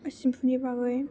सेम्फुनि बागै